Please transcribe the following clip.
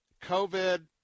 COVID